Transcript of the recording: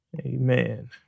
Amen